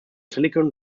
silicon